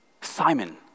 Simon